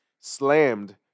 slammed